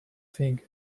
thing